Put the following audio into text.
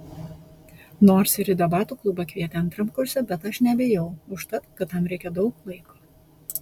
nors ir į debatų klubą kvietė antram kurse bet aš nebeėjau užtat kad tam reikia daug laiko